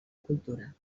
cultura